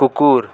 কুকুর